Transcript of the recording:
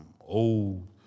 old